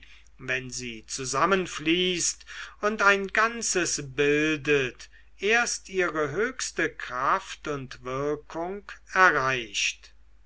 wenn sie zusammenfließt und ein ganzes bildet erst ihre höchste kraft und wirkung erreicht